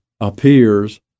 appears